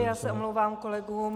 Já se omlouvám kolegům.